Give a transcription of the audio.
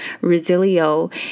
resilio